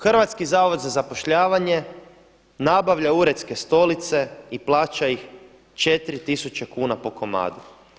Hrvatski zavod za zapošljavanje nabavlja uredske stolice i plaća ih 4000 kn po komadu.